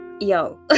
yo